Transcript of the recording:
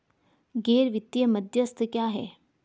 गैर वित्तीय मध्यस्थ क्या हैं?